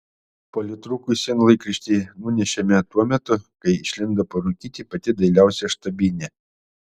politrukui sienlaikraštį nunešėme tuo metu kai išlindo parūkyti pati dailiausia štabinė